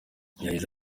yagize